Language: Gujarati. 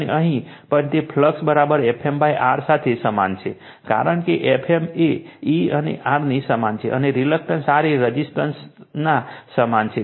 અને અહીં પણ તે flux FmR સાથે સમાન છે કારણ કે Fm એ E અને R ની સમાન છે અને રિલક્ટન્સ R એ રજીસ્ટન્સના સમાન છે